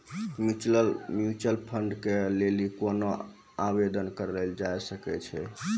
Mutual fund के लेली केना आवेदन करलो जाय सकै छै?